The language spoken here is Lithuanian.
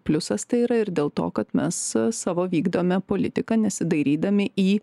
pliusas tai yra ir dėl to kad mes savo vykdome politiką nesidairydami į